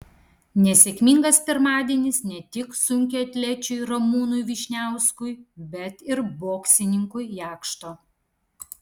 nesėkmingas pirmadienis ne tik sunkiaatlečiui ramūnui vyšniauskui bet ir boksininkui jakšto